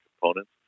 components